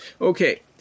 Okay